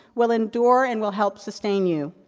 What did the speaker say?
will endure and will help sustain you.